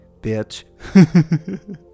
bitch